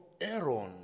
Aaron